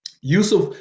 Yusuf